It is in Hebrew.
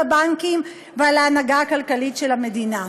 הבנקים ועל ההנהגה הכלכלית של המדינה.